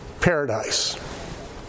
paradise